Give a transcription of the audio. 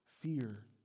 fear